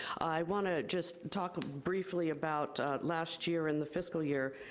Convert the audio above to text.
i wanna just talk briefly about last year in the fiscal year,